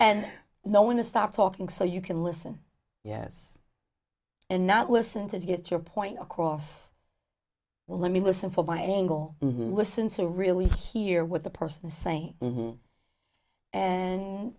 and no one to stop talking so you can listen yes and not listen to to get your point across well let me listen for my angle listen to really hear what the person the sa